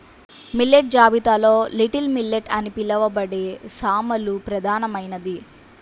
millet జాబితాలో little millet అని పిలవబడే సామలు ప్రధానమైనది